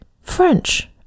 French